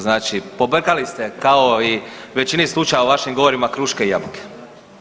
Znači pobrkali ste kao i u većini slučajeva u vašim govorima kruške i jabuke.